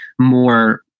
more